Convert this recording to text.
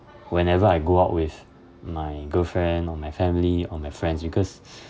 whenever I go out with my girlfriend or my family or my friends because